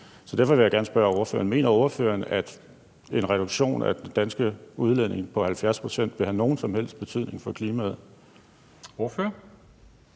Så derfor vil jeg gerne spørge ordføreren: Mener ordføreren, at en reduktion af den danske udledning på 70 pct. vil have nogen som helst betydning for klimaet? Kl.